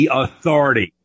authority